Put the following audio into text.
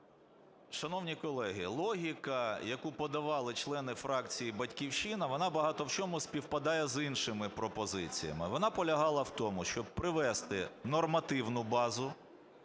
Шановні колеги, логіка, яку подавали члени фракції "Батьківщина", вона багато в чому співпадає з іншими пропозиціями. Вона полягала в тому, щоб привести нормативну базу,